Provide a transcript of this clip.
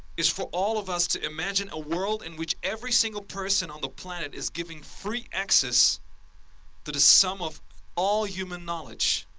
is for all of us to imagine a world in which every single person on the planet is giving free access to the sum of all human knowledge.